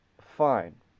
fine